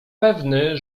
pewny